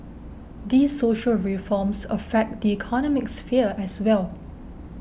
these social reforms affect the economic sphere as well